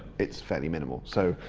it's fairly minimal, so.